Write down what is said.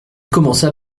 commença